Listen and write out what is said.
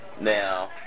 Now